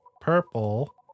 purple